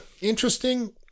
interesting